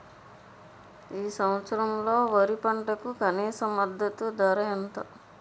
ఈ సంవత్సరంలో వరి పంటకు కనీస మద్దతు ధర ఎంత?